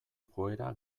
joera